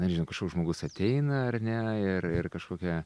nežinau kažkoks žmogus ateina ar ne ir ir kažkokią